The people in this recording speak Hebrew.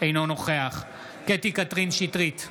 אינו נוכח קטי קטרין שטרית,